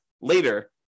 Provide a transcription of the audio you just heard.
later